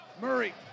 Murray